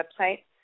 website